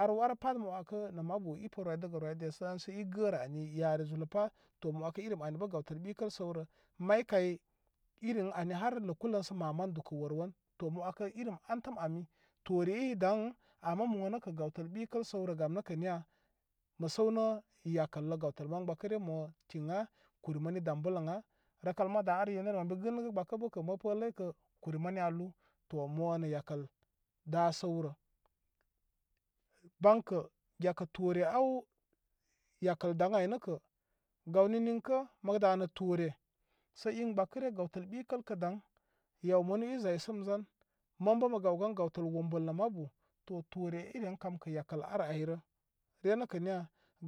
Ar warə pat mə 'wakə nə' mabu i pə rwidəgə rwide dan sə i gəə rə ani yari zulə pa, to mə 'wakə irim ani bə gawtəl ɓikəl səwrə. May kay irin ani har ləku lən sə maman dukə' wor won. To mə wakə irim an təm ami, toore i daā ama mo nə' kə' gawtəl ɓikəl səw rə, gam nə kə niya mə səw nə yakəl lə gawtəl man gbakə ryə mo tiŋa kuri mani dam bə ləya. Rəkal ma dā ar yenərə mə be gɨnəgə gbakə' bə kə mə mkə. lə kə kuri mani aa lu. To mo nə yakəl daa səw rə. Ban kə' gyakə' toore aw yakəl daŋ ai nə kə' gawni niŋkə mə kə da'a nə to ore shə' i gbakə rya gawtəl ɓikəl kə' da. yaw manu i zaysəm zar man bə mə gaw gan gawtəl wombəl nə mabu to toore iren kam kə' yakə ar ayrə. Ryə nə kə' mya